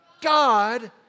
God